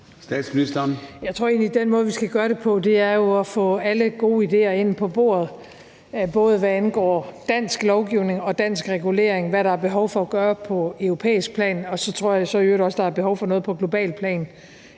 Frederiksen): Jeg tror jo egentlig, at den måde, vi skal gøre det på, er at få alle gode idéer ind på bordet, både hvad angår dansk lovgivning og dansk regulering, og hvad der er behov for at gøre på europæisk plan. Så tror jeg i øvrigt også, der er behov for noget på globalt plan,